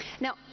Now